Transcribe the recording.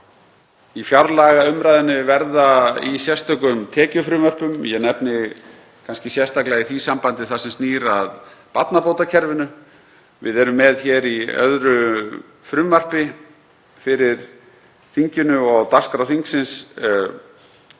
í fjárlagaumræðunni verða í sérstökum tekjufrumvörpum. Ég nefni kannski sérstaklega í því sambandi það sem snýr að barnabótakerfinu. Við erum með hér í öðru frumvarpi fyrir þinginu, og á dagskrá þingsins,